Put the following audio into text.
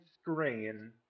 screen